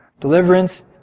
Deliverance